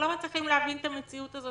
שלא מצליחים להבין את המציאות הזאת